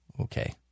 Okay